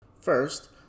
First